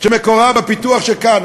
שמקורה בפיתוח שנעשה כאן.